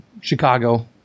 Chicago